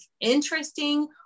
interesting